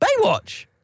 Baywatch